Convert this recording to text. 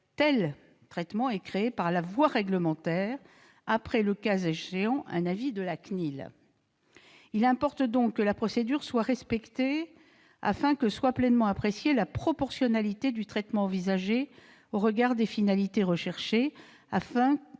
tel traitement est créé par la voie réglementaire après, le cas échéant, un avis de la CNIL. Il importe que la procédure soit respectée afin que soit pleinement appréciée la proportionnalité du traitement envisagé au regard, notamment, des finalités recherchées et de la nature des données.